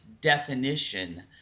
definition